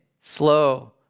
slow